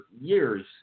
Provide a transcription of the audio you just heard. years